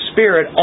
Spirit